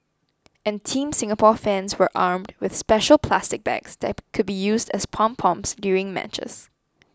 and Team Singapore fans were armed with special plastic bags that could be used as pom poms during matches